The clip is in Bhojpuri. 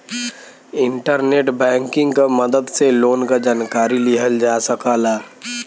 इंटरनेट बैंकिंग क मदद से लोन क जानकारी लिहल जा सकला